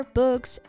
books